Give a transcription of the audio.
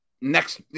next